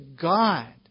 God